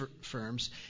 firms